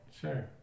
Sure